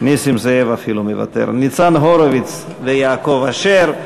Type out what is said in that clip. אפילו נסים זאב מוותר, ניצן הורוביץ ויעקב אשר.